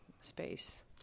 space